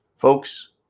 Folks